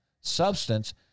substance